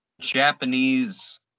Japanese